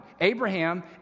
Abraham